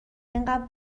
انقد